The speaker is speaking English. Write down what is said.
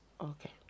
Okay